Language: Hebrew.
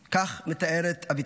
כך מתארת אביטל.